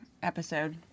episode